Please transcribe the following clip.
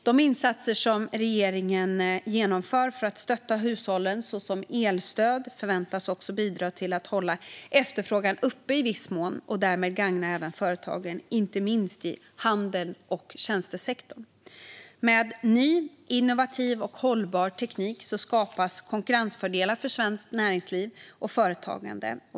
De insatser regeringen genomför för att stötta hushållen, såsom elstöd, förväntas också bidra till att hålla efterfrågan uppe i viss mån och därmed gagna även företagen, inte minst i handeln och tjänstesektorn. Med ny, innovativ och hållbar teknik skapas konkurrensfördelar för svenskt näringsliv och företagande.